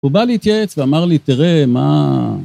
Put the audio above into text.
הוא בא להתייעץ ואמר לי תראה מה